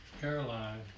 Caroline